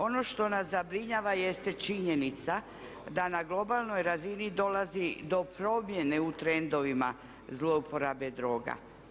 Ono što nas zabrinjava jeste činjenica da na globalnoj razini dolazi do promjene u trendovima zlouporabe droga.